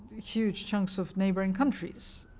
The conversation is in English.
huge chunks of neighboring countries.